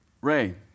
Ray